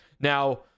now